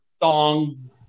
thong